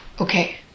Okay